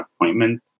appointment